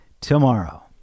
tomorrow